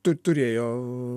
tu turėjo